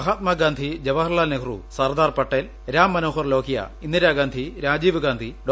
Mahatma Gandhi Jawaharlal Nehru Sardar Patel Ram Manohar Lohia Indira Gandhi Rajiv Gandhi Dr